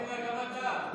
לא רק עובד מדינה,